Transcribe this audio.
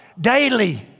daily